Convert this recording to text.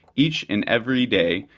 each and every day,